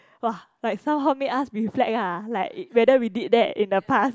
!wah! like somehow made us reflect lah like whether we did that in the past